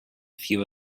few